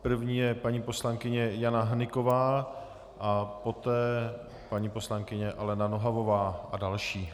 První je paní poslankyně Jana Hnyková a poté paní poslankyně Alena Nohavová a další.